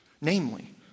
namely